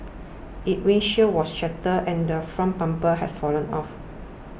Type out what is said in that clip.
its windshield was shattered and front bumper had fallen off